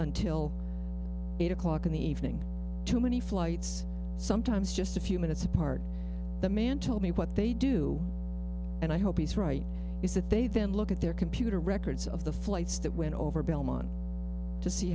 until eight o'clock in the evening too many flights sometimes just a few minutes apart the man told me what they do and i hope he's right is that they then look at their computer records of the flights that went over bel